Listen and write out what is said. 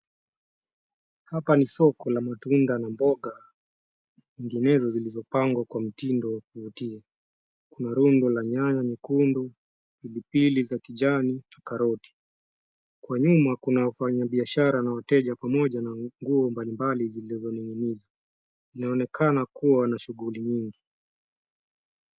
Hapa ni soko la matunda na mboga, nyinginezo zilizopangwa kwa mtindo wa kuvutia. Kuna rundo la nyanya nyekundu, pilipili za kijani na karoti. Kwa nyuma kuna wafanyi biashara na wateja pamoja na nguo mbali mbali zilizoning'inizwa. Inaonekana kuwa na shughuli nyingi.